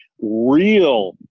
real